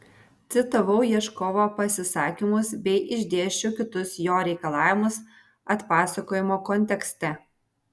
citavau ieškovo pasisakymus bei išdėsčiau kitus jo reikalavimus atpasakojimo kontekste